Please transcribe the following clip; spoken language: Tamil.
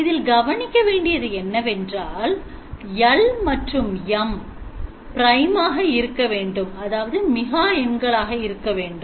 இதில் கவனிக்க வேண்டியது என்னவென்றால் L மற்றும் M prime ஆக இருக்க வேண்டும்